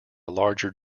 larger